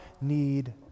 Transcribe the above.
need